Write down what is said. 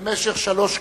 בשלוש כנסות,